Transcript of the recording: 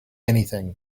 anything